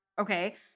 Okay